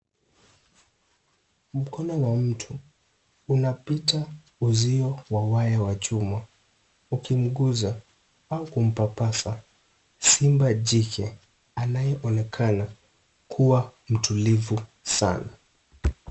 Mkono wa mtu unapita uzio wa waya wa chuma ukimguza au kumpapasa simba jike anayeonekana kuwa mtulivu sana.